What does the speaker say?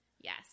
Yes